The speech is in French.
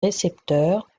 récepteurs